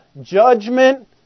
judgment